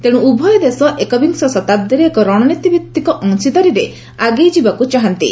ତେଣୁ ଉଭୟ ଦେଶ ଏକବିଂଶ ଶତାବ୍ଦୀରେ ଏକ ରଣନୀତି ଭିଭିକ ଅଂଶୀଦାରୀରେ ଆଗେଇ ଯିବାକୁ ଚାହାନ୍ତି